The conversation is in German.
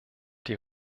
die